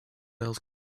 else